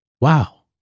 Wow